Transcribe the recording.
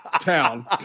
town